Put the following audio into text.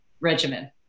regimen